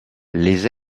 les